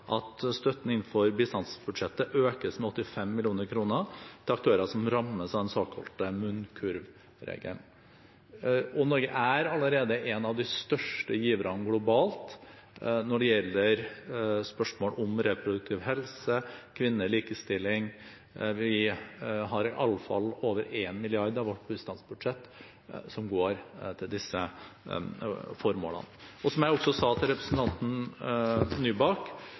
at støtten innenfor bistandsbudsjettet økes med 85 mill. kr til aktører som rammes av den såkalte munnkurvregelen. Norge er allerede en av de største giverne globalt når det gjelder spørsmål om reproduktiv helse, kvinner og likestilling. Vi har iallfall over én milliard av vårt bistandsbudsjett som går til disse formålene. Som jeg også sa til representanten Nybakk,